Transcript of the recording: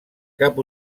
cap